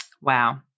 Wow